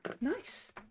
nice